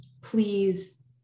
please